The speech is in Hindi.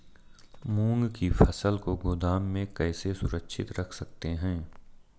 मूंग की फसल को गोदाम में कैसे सुरक्षित रख सकते हैं?